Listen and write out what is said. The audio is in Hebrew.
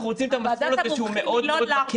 אנחנו רוצים את המסלול הזה שהוא מאוד מאוד מקל.